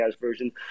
version